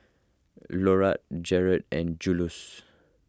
Lolla Jarett and Juluis